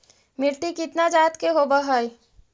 मिट्टी कितना जात के होब हय?